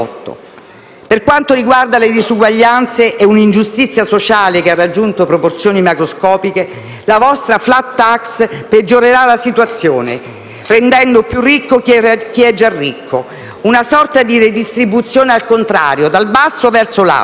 Per quanto riguarda le diseguaglianze e un'ingiustizia sociale che ha raggiunto proporzioni macroscopiche, la vostra *flat tax* peggiorerà la situazione, rendendo più ricco chi è già ricco, una sorta redistribuzione al contrario, dal basso verso l'alto.